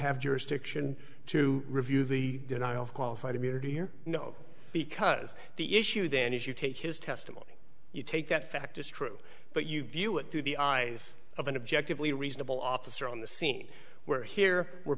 have jurisdiction to review the denial of qualified immunity here no because the issue then is you take his testimony you take that fact as true but you view it through the eyes of an objective lee reasonable officer on the scene where here we're